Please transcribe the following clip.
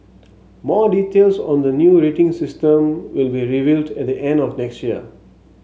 more details on the new rating system will be revealed at the end of next year